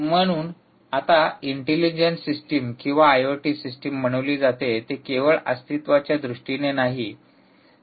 म्हणून आता intelligent system किंवा आयओटी सिस्टम बनविले जाते ते केवळ अस्तित्वाच्या दृष्टीने नाही